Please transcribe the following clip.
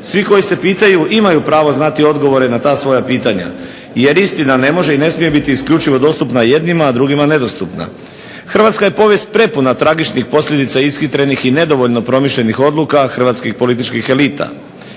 Svi koji se pitaju imaju pravo znati odgovore na ta svoja pitanja jer istina ne može i ne smije biti isključivo dostupna jednima, a drugima nedostupna. Hrvatska je povijest prepuna tragičnih posljedica, ishitrenih i nedovoljno promišljenih odluka hrvatskih političkih elita.